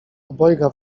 obojga